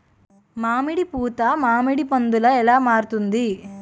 మామిడి పూత మామిడి పందుల ఎలా మారుతుంది?